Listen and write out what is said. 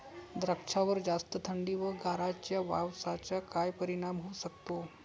द्राक्षावर जास्त थंडी व गारांच्या पावसाचा काय परिणाम होऊ शकतो?